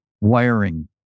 wiring